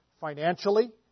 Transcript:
financially